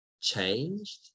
changed